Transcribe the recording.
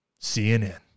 CNN